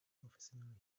professionelle